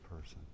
person